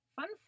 Fun